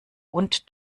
und